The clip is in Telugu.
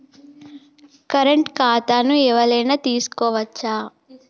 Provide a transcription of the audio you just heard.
కరెంట్ ఖాతాను ఎవలైనా తీసుకోవచ్చా?